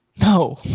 No